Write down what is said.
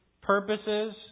purposes